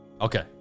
Okay